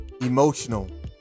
emotional